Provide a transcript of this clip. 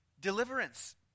deliverance